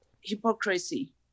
hypocrisy